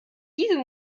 diese